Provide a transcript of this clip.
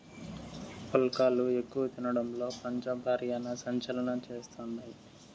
పుల్కాలు ఎక్కువ తినడంలో పంజాబ్, హర్యానా సంచలనం చేస్తండాయి